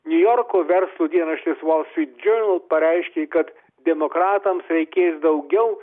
niujorko verslo dienraštis pareiškė kad demokratams reikės daugiau